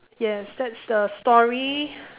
yes that's the story